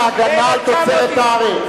זה מכס להגנה על תוצרת הארץ.